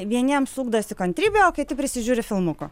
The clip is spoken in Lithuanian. vieniems ugdosi kantrybė o kiti prisižiūri filmukų